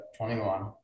21